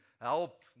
help